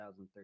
2013